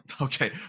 Okay